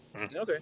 Okay